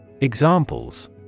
Examples